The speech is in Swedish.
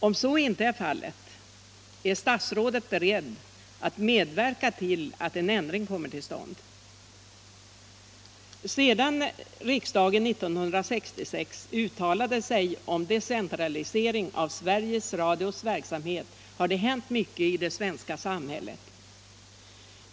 Om så inte är fallet, är statsrådet beredd att medverka till att en ändring kommer till stånd? Sedan riksdagen år 1966 uttalade sig om decentralisering av Sveriges Radios verksamhet har det hänt mycket i det svenska samhället.